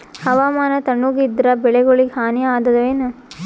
ಹವಾಮಾನ ತಣುಗ ಇದರ ಬೆಳೆಗೊಳಿಗ ಹಾನಿ ಅದಾಯೇನ?